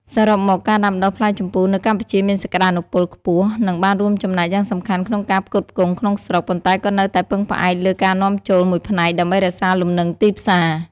សរុបមក ការដាំដុះផ្លែជម្ពូនៅកម្ពុជាមានសក្តានុពលខ្ពស់ និងបានរួមចំណែកយ៉ាងសំខាន់ក្នុងការផ្គត់ផ្គង់ក្នុងស្រុក ប៉ុន្តែក៏នៅតែពឹងផ្អែកលើការនាំចូលមួយផ្នែកដើម្បីរក្សាលំនឹងទីផ្សារ។